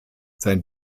sein